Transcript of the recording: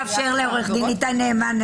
איתי נעמן,